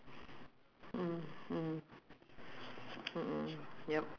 but sh~ according to her she said uh gas in jurong also mahal